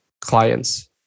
clients